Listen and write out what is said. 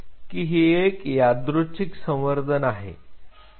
की हे एक यादृच्छिक संवर्धन आहे